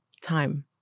time